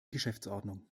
geschäftsordnung